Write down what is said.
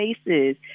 spaces